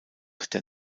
der